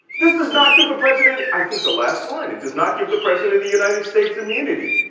this does not give the president, i think the last line, it does not give the president of the united states immunity.